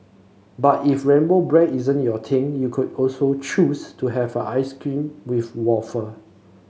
but if rainbow bread isn't your thing you could also choose to have a ice cream with wafer